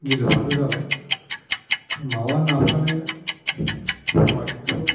गिलु बालु जाबाय माबा नाफ्रानो फ'या एक्स'